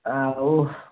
ଆଉ